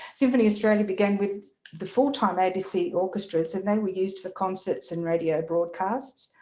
symphony australia began with the full-time abc orchestras and they were used for concerts and radio broadcasts,